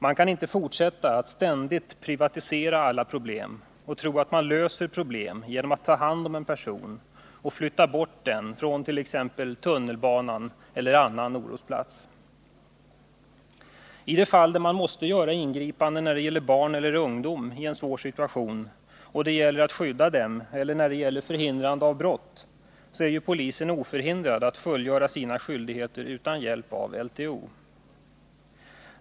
Man kan inte fortsätta att ständigt privatisera alla problem och tro att man löser dem genom att ta hand om en person och flytta bort denne från tunnelbanan eller annan orosplats. I de fall där man måste göra ingripanden mot barn eller ungdom i en svår situation, där det gäller att skydda dem, eller när det gäller att förhindra brott, är ju polisen oförhindrad att fullgöra sina skyldigheter utan hjälp av LTO.